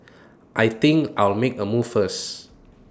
I think I'll make A move first